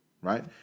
right